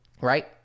Right